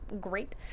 great